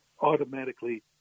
automatically